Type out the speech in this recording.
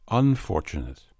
unfortunate